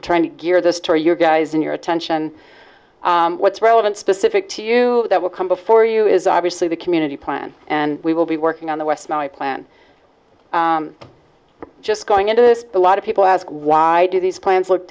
we're trying to gear this to your guys in your attention what's relevant specific to you that will come before you is obviously the community plan and we will be working on the west now a plan just going into this a lot of people ask why do these plans look